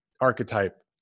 archetype